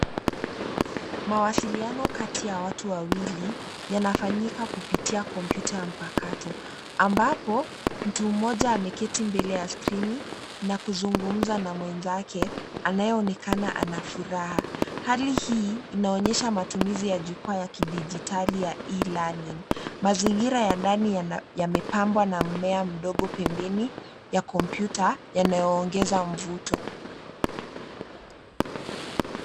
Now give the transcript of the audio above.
Mawasiliano kati ya watu wawili, yanafanyika kupitia kompyuta ya mpakato, ambapo, mtu mmoja ameketi mbele ya (cs)screen(cs) na kuzugumza na mwenzake anayeonekana ana furaha. Hali hii inaonyesha matumizi ya jukwaa ya kidijitali ya (cs)E -learning(cs). Mazingira ya ndani yamepambwa na mmea mdogo pembeni ya kompyuta yanayongeza mvuto.